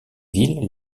villes